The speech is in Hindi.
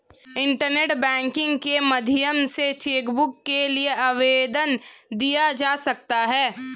इंटरनेट बैंकिंग के माध्यम से चैकबुक के लिए आवेदन दिया जा सकता है